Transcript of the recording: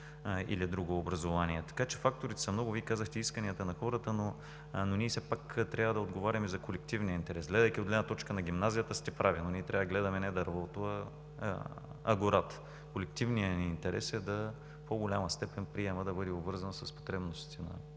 или друго образование. Факторите са много. Вие казахте исканията на хората, но ние все пак трябва да отговаряме за колективния интерес. Гледайки от гледна точка на гимназията, прави сте, но ние трябва да гледаме не дървото, а гората. Колективният ни интерес е в по-голяма степен приемът да бъде обвързан с потребностите на